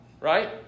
right